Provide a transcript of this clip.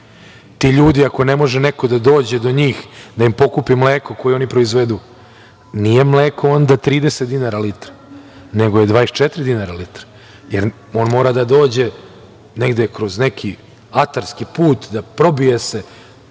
ti ljudi ako ne može neko da dođe do njih, da im pokupi mleko koje oni proizvedu, nije mleko onda 30 dinara litar, nego je 24 dinara litar, jer on mora da dođe negde kroz neki atarski put, da se probije,